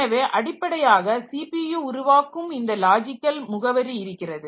எனவே அடிப்படையாக சிபியு உருவாக்கும் இந்த லாஜிக்கல் முகவரி இருக்கிறது